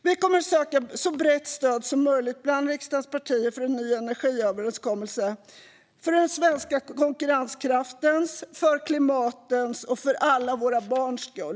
Vi kommer att söka så brett stöd som möjligt bland riksdagens partier för en ny energiöverenskommelse, för den svenska konkurrenskraftens, klimatets och alla våra barns skull.